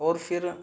اور پھر